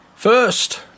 First